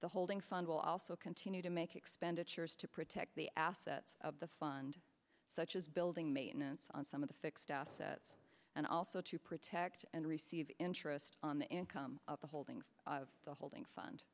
the holding fund will also continue to make expenditures to protect the assets of the fund such as building maintenance on some of the fixed assets and also to protect and receive interest on the income of the holdings of the holding fund